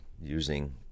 using